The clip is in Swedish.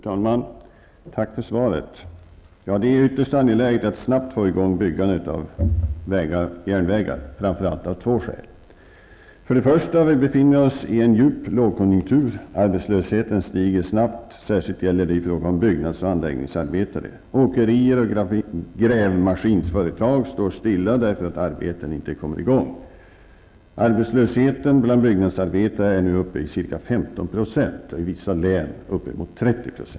Fru talman! Jag tackar kommunikationsministern för svaret. Det är ytterst angeläget att snabbt få i gång byggandet av vägar och järnvägar framför allt av två skäl. Det första skälet är att vi befinner oss i en djup lågkonjunktur. Arbetslösheten stiger snabbt, särskilt i fråga om byggnads och anläggningsarbetare. Åkerier och grävmaskinsföretag står stilla därför att arbeten inte kommer i gång. Arbetslösheten bland byggnadsarbetare är nu uppe i ca 15 %, i vissa län är den uppemot 30 %.